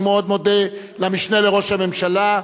אני מאוד מודה למשנה לראש הממשלה.